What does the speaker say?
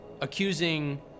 accusing